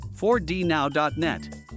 4dnow.net